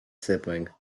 sibling